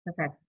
Okay